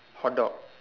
hotdog